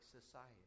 society